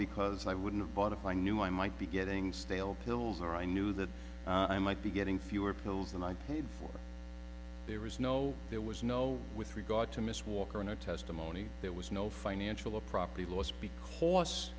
because i wouldn't have bought if i knew i might be getting stale pills or i knew that i might be getting fewer pills than i paid for there was no there was no with regard to miss walker no testimony there was no financial a property loss because